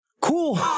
cool